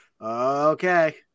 okay